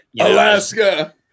Alaska